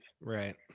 right